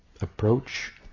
approach